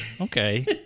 Okay